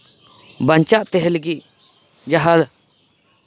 ᱵᱟᱧᱪᱟᱜ ᱛᱟᱦᱮᱸ ᱞᱟᱹᱜᱤᱫ ᱡᱟᱦᱟᱸ